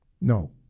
No